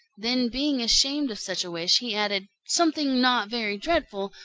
then, being ashamed of such a wish, he added, something not very dreadful,